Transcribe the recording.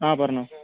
ആ പറഞ്ഞോ